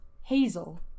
Hazel